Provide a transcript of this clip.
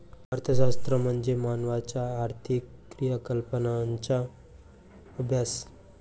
अर्थशास्त्र म्हणजे मानवाच्या आर्थिक क्रियाकलापांचा अभ्यास